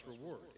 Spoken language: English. reward